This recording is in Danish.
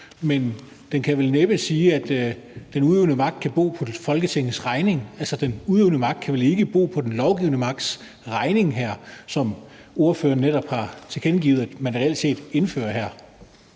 men den kan vel næppe sige, at den udøvende magt kan bo på Folketingets regning. Den udøvende magt kan vel ikke bo på den lovgivende magts regning her, sådan som ordføreren netop har tilkendegivet, at man reelt set indfører det